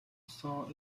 saw